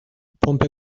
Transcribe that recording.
پمپ